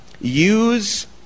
Use